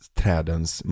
trädens